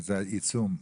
זאת התקרה.